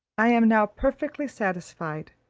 i am now perfectly satisfied,